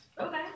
Okay